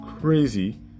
crazy